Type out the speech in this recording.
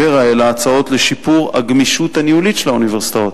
ור"ה העלה הצעות לשיפור הגמישות הניהולית של האוניברסיטאות,